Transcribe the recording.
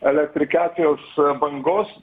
elektrifikacijos bangos